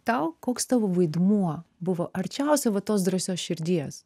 tau koks tavo vaidmuo buvo arčiausia va tos drąsios širdies